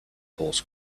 horse